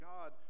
God